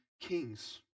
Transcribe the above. kings